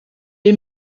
est